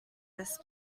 this